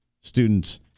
students